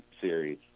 series